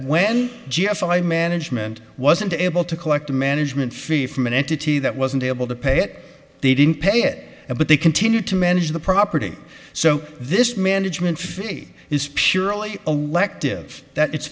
when jeff i management wasn't able to collect a management fee from an entity that wasn't able to pay it they didn't pay it but they continued to manage the property so this management fee is purely a lect is that it's